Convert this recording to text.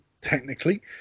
technically